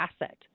asset